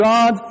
God